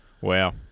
Wow